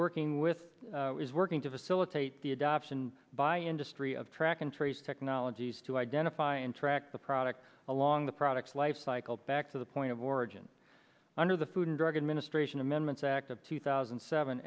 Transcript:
working with is working to facilitate the adoption by industry of track and trace technologies to identify and track the product along the products lifecycle back to the point of origin under the food and drug administration amendments act of two thousand and seven